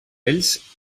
ells